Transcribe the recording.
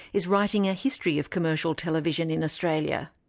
is writing a history of commercial television in australia.